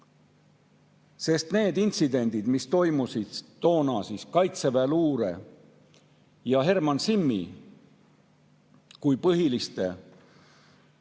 Sest need intsidendid, mis toimusid toona kaitseväeluure ja Herman Simmi kui põhilise toonase,